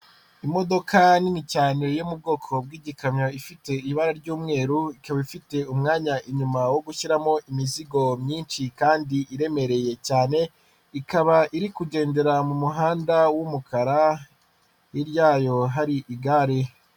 Imodoka nini cyane yo mu bwoko bw'igikamyo ifite ibara ry'umweru, ikaba ifite umwanya inyuma wo gushyiramo imizigo myinshi kandi iremereye cyane, ikaba iri kugendera mu muhanda w'umukara, hirya yayo hari igare.